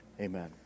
amen